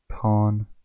pawn